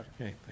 Okay